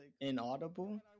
inaudible